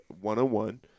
one-on-one